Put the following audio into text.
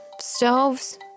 stoves